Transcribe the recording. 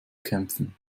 kämpfen